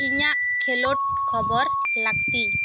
ᱤᱧᱟᱹᱜ ᱠᱷᱮᱞᱚᱰ ᱠᱷᱚᱵᱚᱨ ᱞᱟᱹᱠᱛᱤ